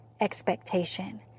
expectation